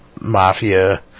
mafia